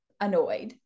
annoyed